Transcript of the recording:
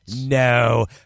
No